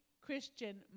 Christian